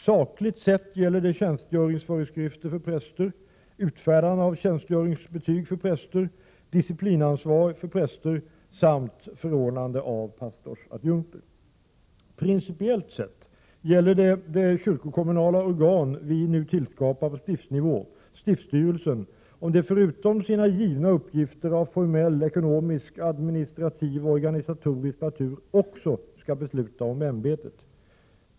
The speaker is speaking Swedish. Sakligt sett gäller det tjänstgöringsföreskrifter för präster, utfärdande av tjänstgöringsbetyg för präster, disciplinansvar för präster samt förordnande av pastorsadjunkter. Principiellt sett gäller det om det kyrkokommunala organ vi nu tillskapar på stiftsnivå — stiftsstyrelsen — förutom att det har sina givna uppgifter av formell, ekonomisk, administrativ, organisatorisk natur också skall besluta om ämbetet.